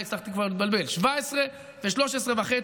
17 ו-13.5.